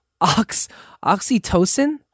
oxytocin